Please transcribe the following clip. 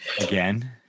again